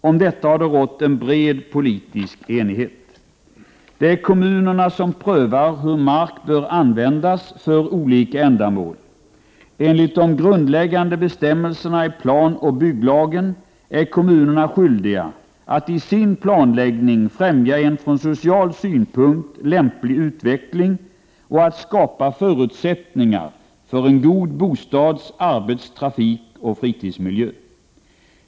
Om detta har det rått en bred politisk enighet. Det är kommunerna som prövar hur mark bör användas för olika ändamål. Enligt de grundläggande bestämmelserna i planoch bygglagen är kommunerna skyldiga att i sin planläggning främja en från social synpunkt lämplig utveckling och att skapa förutsättningar för en god bostads-, arbets-, trafikoch fritidsmiljö.